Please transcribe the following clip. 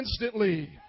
instantly